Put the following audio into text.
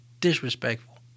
disrespectful